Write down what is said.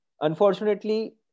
unfortunately